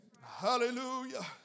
Hallelujah